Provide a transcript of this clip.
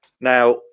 now